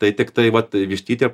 tai tiktai vat vištyty